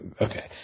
Okay